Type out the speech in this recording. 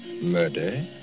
murder